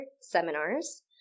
seminars